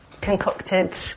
concocted